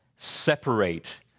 Separate